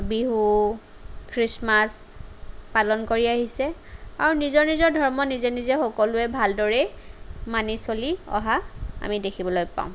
Bihu Christmas পালন কৰি আহিছে আৰু নিজৰ নিজৰ ধৰ্ম নিজে নিজে সকলোৱে ভালদৰে মানি চলি অহা আমি দেখিবলৈ পাওঁ